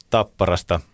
Tapparasta